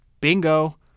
Bingo